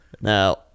Now